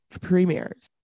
premiers